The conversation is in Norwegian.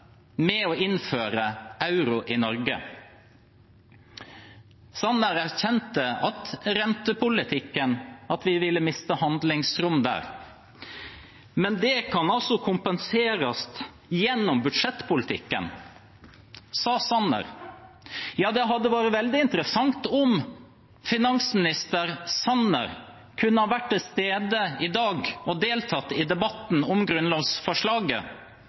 med å innføre euro i Norge. Sanner erkjente at vi ville miste handlingsrom i rentepolitikken, men det kan altså kompenseres gjennom budsjettpolitikken, sa Sanner. Det hadde vært veldig interessant om finansminister Sanner kunne ha vært til stede i dag og deltatt i debatten om grunnlovsforslaget